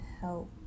help